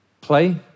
Play